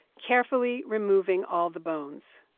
carefully removing all the bones.